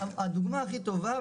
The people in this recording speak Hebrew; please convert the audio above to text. הדוגמה הכי טובה,